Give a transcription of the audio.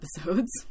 episodes